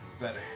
better